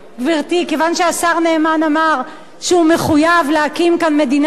כיוון שהשר נאמן אמר שהוא מחויב להקים כאן מדינת הלכה,